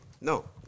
no